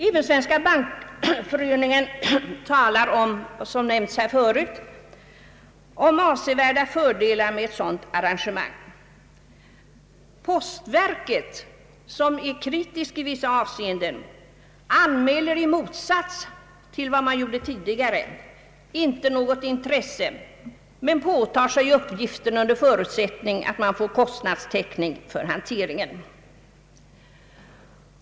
Även Svenska bankföreningen talar, som här förut nämnts, om avsevärda fördelar med ett sådant arrangemang. Postverket, som är kritiskt i vissa avseenden, anmäler i motsats till vad man gjorde tidigare inte något intresse men påtar sig uppgiften under förutsättning, att man får kostnadstäckning för hanteringen.